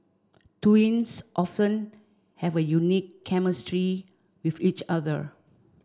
twins often have a unique chemistry with each other